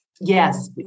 Yes